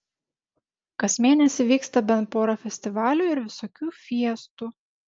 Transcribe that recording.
kas mėnesį vyksta bent pora festivalių ir visokių fiestų